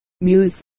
Muse